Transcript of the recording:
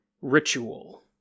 ritual